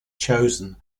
chosen